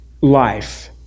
life